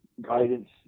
guidance